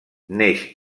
neix